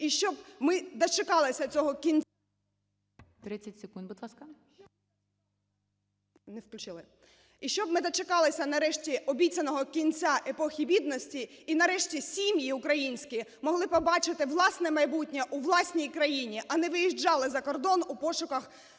І щоб ми дочекалися, нарешті, обіцяного кінця епохи бідності, і, нарешті, сім'ї українські могли побачити власне майбутнє у власній країні, а не виїжджали за кордон у пошуках кращої